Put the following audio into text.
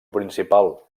principal